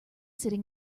sitting